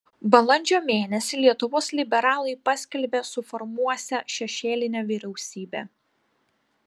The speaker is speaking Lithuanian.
balandžio mėnesį lietuvos liberalai paskelbė suformuosią šešėlinę vyriausybę